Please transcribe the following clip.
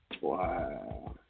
Wow